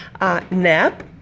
nap